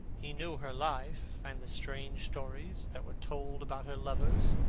he knew her life, and the strange stories that were told about her lovers.